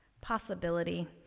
Possibility